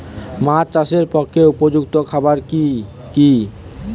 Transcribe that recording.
মাছ চাষের পক্ষে উপযুক্ত খাবার কি কি?